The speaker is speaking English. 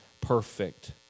perfect